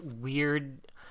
weird